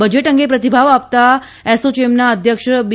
budget અંગે પ્રતિભાવ આપતા અસોચેમના અધ્યક્ષ બી